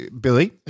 Billy